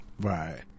Right